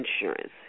insurance